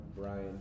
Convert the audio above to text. Brian